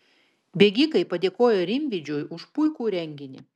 bėgikai padėkojo rimvydžiui už puikų renginį